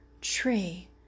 tree